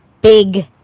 big